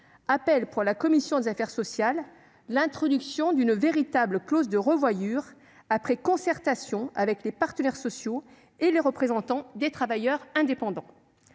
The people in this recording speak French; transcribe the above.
selon la commission des affaires sociales, l'introduction d'une véritable « clause de revoyure », après concertation avec les partenaires sociaux et les représentants des travailleurs indépendants.